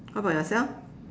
how about yourself